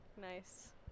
Nice